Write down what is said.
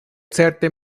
certe